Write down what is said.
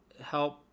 help